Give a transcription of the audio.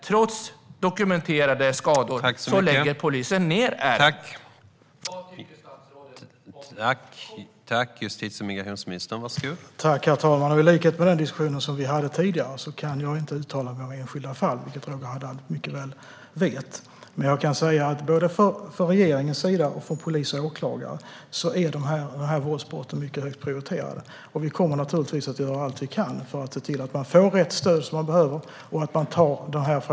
Trots dokumenterade skador lägger polisen ned ärendet. Vad tycker statsrådet om detta?